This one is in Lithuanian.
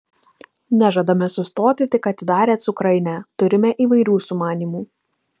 nežadame sustoti tik atidarę cukrainę turime įvairių sumanymų